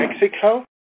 Mexico